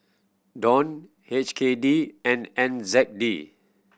Dong H K D and N Z D